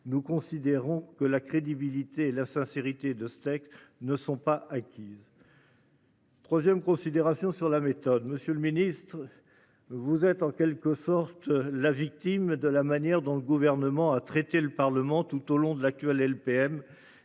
Nous considérons que la crédibilité la sincérité de steak ne sont pas acquise. 3ème considération sur la méthode. Monsieur le Ministre. Vous êtes en quelque sorte la victime de la manière dont le gouvernement a traité le parlement tout au long de l'actuelle LPM